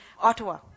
Ottawa